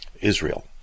Israel